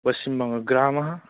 पश्चिमः बङ्गग्रामः